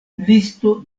listo